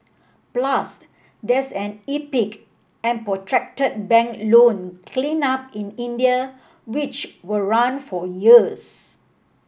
plus there's an epic and protracted bank loan cleanup in India which will run for years